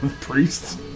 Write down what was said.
Priests